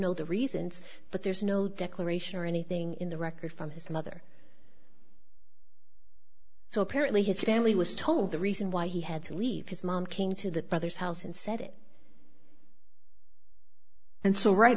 know the reasons but there's no declaration or anything in the record from his mother so apparently his family was told the reason why he had to leave his mom came to the brother's house and said it and so right